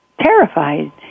terrified